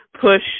push